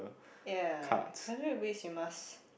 ya contact bridge you must